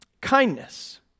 Kindness